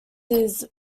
his